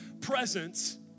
presence